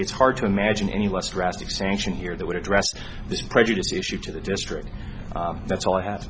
it's hard to imagine any less drastic sanction here that would address this prejudice issue to the district that's all i have